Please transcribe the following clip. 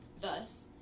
Thus